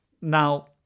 Now